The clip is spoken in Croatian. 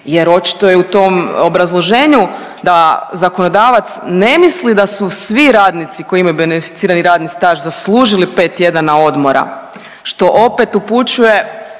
jer očito je u tom obrazloženju da zakonodavac ne misli da su svi radnici koji imaju beneficirani radni staž zaslužili 5 tjedana odmora što opet upućuje